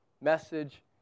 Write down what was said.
message